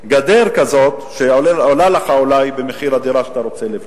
גדר כזאת שעולה לך אולי במחיר הדירה שאתה רוצה לבנות.